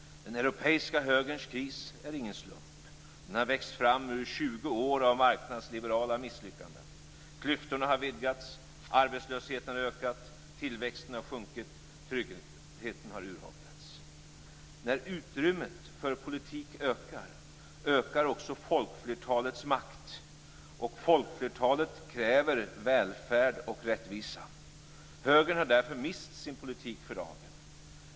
Den europeiska högerns kris är ingen slump. Den har växt fram under 20 år av marknadsliberala misslyckanden. Klyftorna har vidgats, arbetslösheten har ökat, tillväxten har sjunkit, och tryggheten har urholkats. När utrymmet för politik ökar, ökar också folkflertalets makt, och folkflertalet kräver välfärd och rättvisa. Högern har därför mist sin politik för dagen.